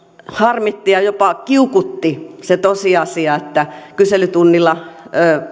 harmitti ja jopa kiukutti se tosiasia että kyselytunnilla